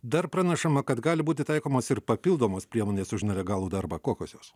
dar pranešama kad gali būti taikomos ir papildomos priemonės už nelegalų darbą kokios jos